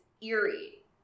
eerie